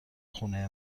خونه